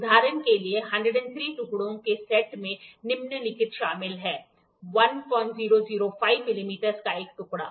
उदाहरण के लिए 103 टुकड़ों के सेट में निम्नलिखित शामिल हैं 1005 मिलीमीटर का एक टुकड़ा